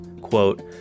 quote